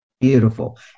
Beautiful